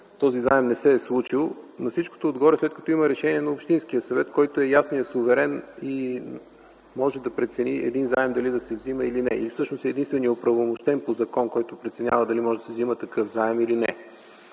този заем не се е случил, на всичкото отгоре след като има решение на Общинския съвет, който е ясният суверен и може да прецени един заем дали да се взима или не. Всъщност той е единственият оправомощен по закон, който преценява дали може да се взема такъв заем или не.